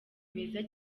beza